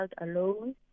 alone